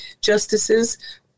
justices